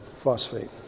phosphate